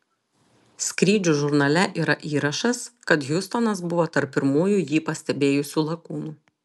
skrydžių žurnale yra įrašas kad hiustonas buvo tarp pirmųjų jį pastebėjusių lakūnų